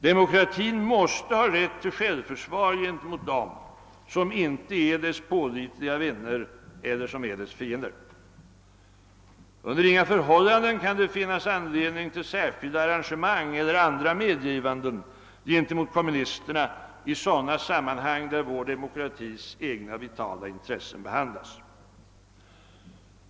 Demokratin måste ha rätt till självförsvar gentemot dem som inte är dess pålitliga vänner eller som är dess fiender. Under inga förhållanden kan det finnas någon anledning till särskilda arrangemang eller andra medgivanden gentemot kommunisterna i sådana sammanhang, där vår demokratis egna vitala intressen behandlas.